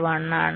1 ആണ്